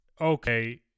okay